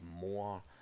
more